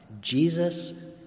Jesus